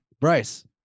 Bryce